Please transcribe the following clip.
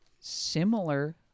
similar